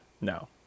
No